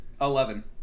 Eleven